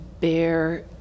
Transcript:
bear